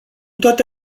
toate